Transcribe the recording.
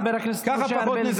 חבר הכנסת משה ארבל,